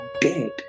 dead